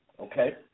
Okay